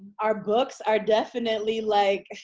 our books are definitely like,